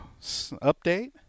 update